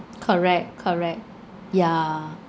correct correct yeah